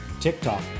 TikTok